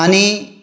आनी